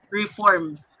reforms